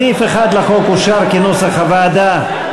סעיף 1 לחוק אושר כנוסח הוועדה.